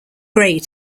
grey